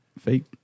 fake